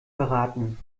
beraten